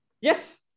Yes